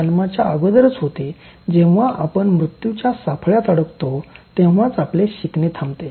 जेव्हा आपण मृत्यूच्या साफळ्यात अडकतो तेव्हाच आपले शिकणे थांबते